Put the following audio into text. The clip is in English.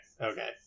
okay